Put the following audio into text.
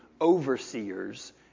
overseers